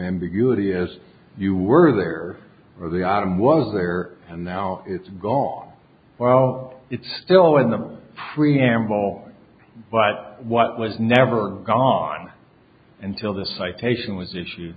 ambiguity as you were there or the item was there and now it's gone well it's still in the preamble but what was never gone until the citation was issue